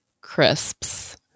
crisps